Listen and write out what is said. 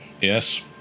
Yes